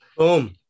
boom